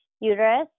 uterus